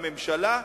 הממשלה,